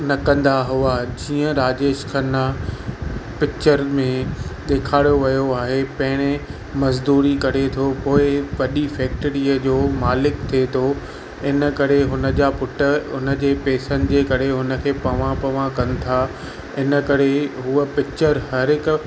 न कंदा हुआ जीअं राजेश खन्ना पिक्चर में ॾेखारियो वियो आहे पहिरीं मज़दूरी करे थो पोइ वॾी फ़ैक्टरीअ जो मालिक थिए थो इन करे हुनजा पुट उनजे पैसनि जे करे उनखे पवां पवां कनि था इन करे हुअ पिक्चर हर हिकु